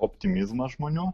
optimizmas žmonių